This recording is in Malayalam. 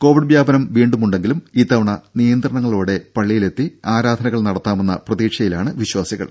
കോവിഡ് വ്യാപനം വീണ്ടുമുണ്ടെങ്കിലും ഇത്തവണ നിയന്ത്രണങ്ങളോടെ പള്ളിയിലെത്തി ആരാധനകൾ നടത്താമെന്ന പ്രതീക്ഷയിലാണ് വിശ്വാസികൾ